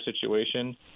situation